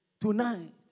Tonight